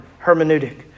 hermeneutic